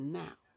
now